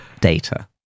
data